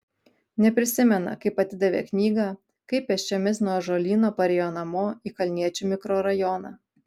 neprisimena kaip atidavė knygą kaip pėsčiomis nuo ąžuolyno parėjo namo į kalniečių mikrorajoną